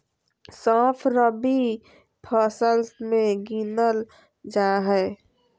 सौंफ रबी फसल मे गिनल जा हय